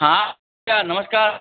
हाँ भैया नमस्कार